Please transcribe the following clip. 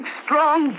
strong